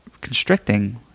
constricting